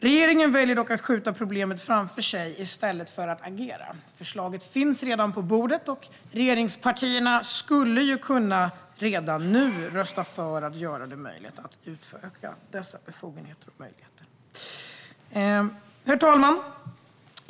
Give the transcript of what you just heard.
Regeringen väljer dock att skjuta problemet framför sig i stället för att agera. Förslaget finns redan på bordet, och regeringspartierna skulle redan nu kunna rösta för att utöka dessa befogenheter och möjligheter. Herr talman!